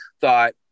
thought